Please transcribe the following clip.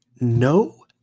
No